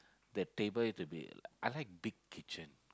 the table it to be I like big kitchen